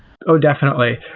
oh, definitely.